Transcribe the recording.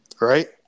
Right